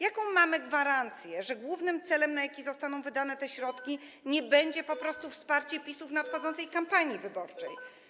Jaką mamy gwarancję, że głównym celem, na jaki zostaną wydane te środki, nie będzie po prostu wsparcie PiS-u w nadchodzącej kampanii wyborczej?